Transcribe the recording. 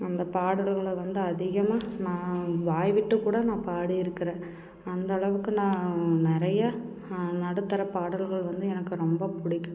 அந்த பாடல்களை வந்து அதிகமாக நான் வாய்விட்டு கூட நான் பாடியிருக்குறேன் அந்தளவுக்கு நான் நிறையா நடுத்தர பாடல்கள் வந்து எனக்கு ரொம்ப பிடிக்கும்